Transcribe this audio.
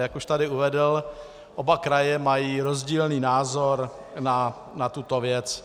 A jak už tady uvedl, oba kraje mají rozdílný názor na tuto věc.